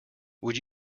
would